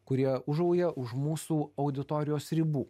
kurie ūžauja už mūsų auditorijos ribų